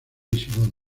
visigodo